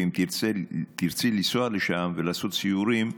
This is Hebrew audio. ואם תרצי לנסוע לשם ולעשות סיורים,